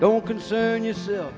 don't concern yourself